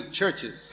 churches